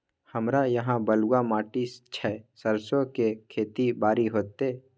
हमरा यहाँ बलूआ माटी छै सरसो के खेती बारी होते?